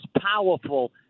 powerful